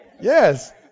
Yes